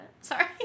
Sorry